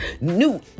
new